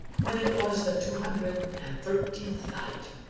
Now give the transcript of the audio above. when it was the two hundred and thirteenth night,